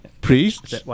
priests